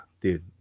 dude